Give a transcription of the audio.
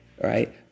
right